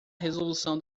resolução